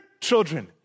children